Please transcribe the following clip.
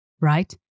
right